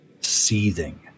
Seething